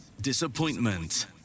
disappointment